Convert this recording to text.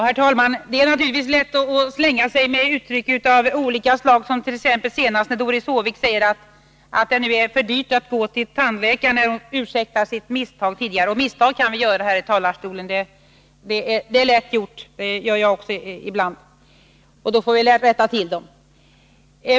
Herr talman! Det är naturligtvis lätt att svänga sig med uttryck av olika slag, som när Doris Håvik här säger att det är för dyrt att gå till tandläkaren — hon ursäktade då sitt misstag tidigare, och misstag kan vi göra här i talarstolen. Det är lätt gjort och det gör jag också ibland, och då får vi rätta till dem.